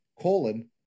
colon